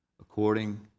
according